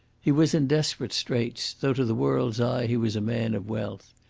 he was in desperate straits, though to the world's eye he was a man of wealth.